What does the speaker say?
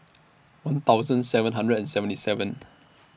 one thousand seven hundred and seventy seven